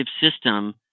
system